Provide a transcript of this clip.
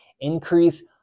increase